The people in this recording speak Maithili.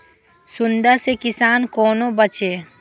सुंडा से किसान कोना बचे?